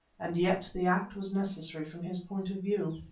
and yet the act was necessary from his point of view.